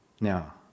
Now